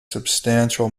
substantial